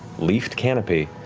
leafed canopy